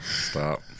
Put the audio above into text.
Stop